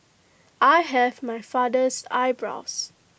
I have my father's eyebrows